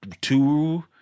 two